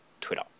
Twitter